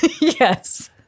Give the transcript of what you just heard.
Yes